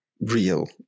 real